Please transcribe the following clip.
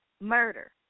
murder